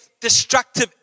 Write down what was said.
destructive